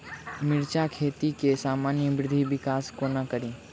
मिर्चा खेती केँ सामान्य वृद्धि विकास कोना करि?